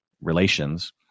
relations